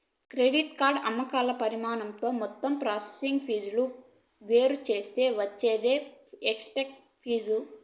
credit card అమ్మకాల పరిమాణంతో మొత్తం ప్రాసెసింగ్ ఫీజులు వేరుచేత్తే వచ్చేదే ఎఫెక్టివ్ ఫీజు